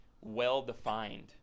well-defined